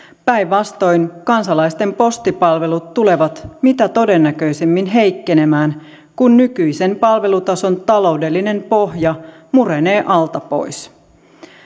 päinvastoin kansalaisten postipalvelut tulevat mitä todennäköisimmin heikkenemään kun nykyisen palvelutason taloudellinen pohja murenee alta pois